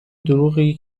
دروغی